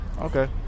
Okay